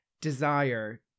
desire